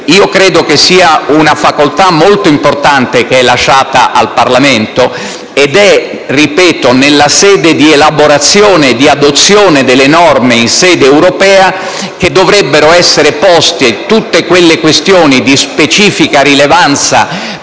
Credo sia una facoltà molto importante che è lasciata al Parlamento. Ripeto: è nella fase di elaborazione e di adozione delle norme in sede europea che dovrebbero essere poste tutte quelle questioni di specifica rilevanza